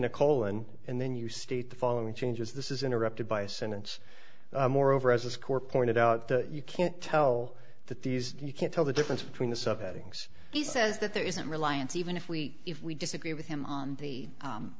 colon and then you state the following changes this is interrupted by a sentence moreover as a score pointed out that you can't tell that these you can't tell the difference between the subheadings he says that there isn't reliance even if we if we disagree with him on the